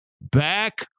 Back